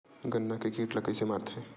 गन्ना के कीट ला कइसे मारथे?